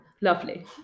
Lovely